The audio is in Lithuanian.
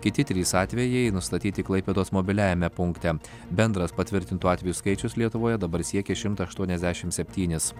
kiti trys atvejai nustatyti klaipėdos mobiliajame punkte bendras patvirtintų atvejų skaičius lietuvoje dabar siekia šimtą aštuoniasdešimt septynis